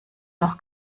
noch